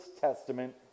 Testament